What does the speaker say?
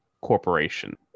Corporation